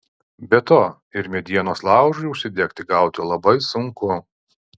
be to ir medienos laužui užsidegti gauti labai sunku